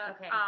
Okay